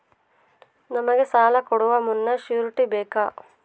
ನಮಗೆ ಸಾಲ ಕೊಡುವ ಮುನ್ನ ಶ್ಯೂರುಟಿ ಬೇಕಾ?